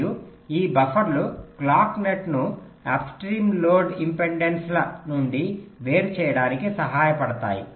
మరియు ఈ బఫర్లు క్లాక్ నెట్ను అప్స్ట్రీమ్ లోడ్ ఇంపెడెన్స్ల నుండి వేరుచేయడానికి సహాయపడతాయి